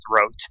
throat